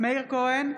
מאיר כהן,